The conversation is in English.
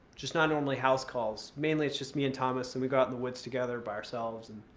just not normally house calls. mainly, it's just me and thomas and we go out in the woods together by ourselves. and,